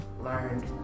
learned